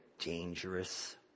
dangerous